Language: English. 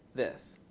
this.